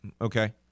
Okay